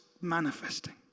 manifesting